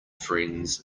friends